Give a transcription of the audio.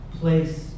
place